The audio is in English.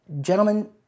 Gentlemen